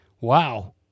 wow